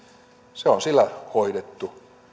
se on sillä hoidettu